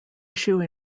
issue